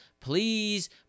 please